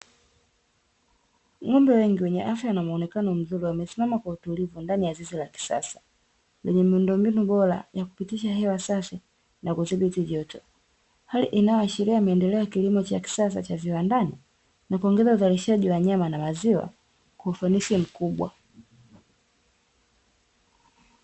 Ng'ombe wengi wenye afya na muonekano mzuri wamesimama kwa utulivu ndani ya zizi la kisasa, lenye miundombinu bora ya kupitisha hewa safi na kudhibiti joto. Hali inayoashiria maendeleo ya kilimo cha kisasa cha viwandani, na kuongeza uzalishaji wa nyama na maziwa kwa ufanisi mkubwa.